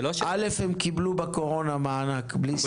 הם קיבלו בקורונה מענק בלי סיבה.